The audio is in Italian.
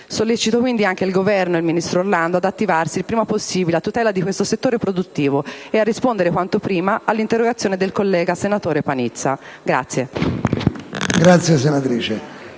Sollecito quindi anche il Governo e il ministro Orlando ad attivarsi il prima possibile a tutela di questo settore produttivo e a rispondere quanto prima all'interrogazione del collega senatore Panizza.